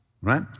Right